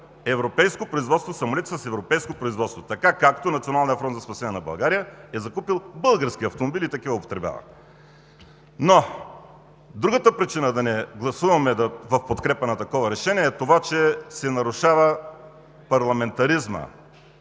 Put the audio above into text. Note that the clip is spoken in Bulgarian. ориентираме към самолети с европейско производство, така както Националният фронт за спасение на България е закупил български автомобили и такива употребява. Другата причина да не гласуваме в подкрепа на такова решение е това, че се нарушава парламентаризмът